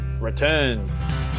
returns